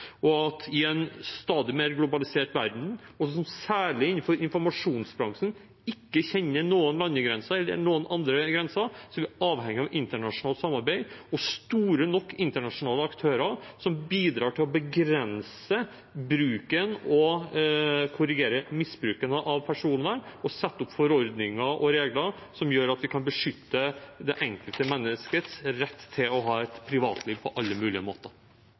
gjort der. I en stadig mer globalisert verden, og som særlig innenfor informasjonsbransjen ikke kjenner noen landegrenser eller andre grenser, er vi avhengig av internasjonalt samarbeid og store nok internasjonale aktører som bidrar til å begrense bruken og korrigere misbruken av personvern og sette opp forordninger og regler som gjør at vi kan beskytte det enkelte menneskes rett til å ha et privatliv på alle mulige måter.